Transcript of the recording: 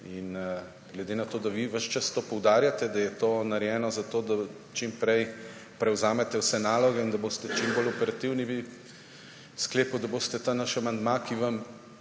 In glede na to, da vi ves čas to poudarjate, da je to narejeno zato, da čim prej prevzamete vse naloge in da boste čim bolj operativni, bi sklepal, da boste ta naš amandma, ki vam